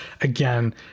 again